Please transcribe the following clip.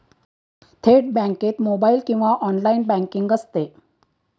थेट बँकेत मोबाइल किंवा ऑनलाइन बँकिंग असते